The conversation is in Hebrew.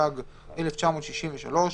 התשכ"ג 1963,